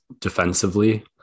defensively